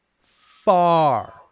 far